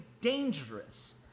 dangerous